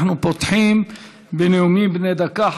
אנחנו פותחים בנאומים בני דקה.